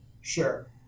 Sure